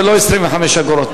ולא 25 אגורות.